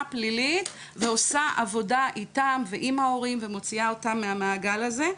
פלילית ועושה עבודה איתם ועם ההורים ומוציאה אותם מהמעגל הזה.